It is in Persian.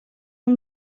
اون